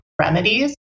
remedies